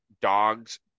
dogs